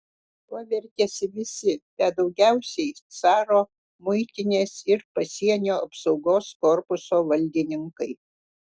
tuo vertėsi visi bet daugiausiai caro muitinės ir pasienio apsaugos korpuso valdininkai